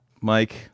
Mike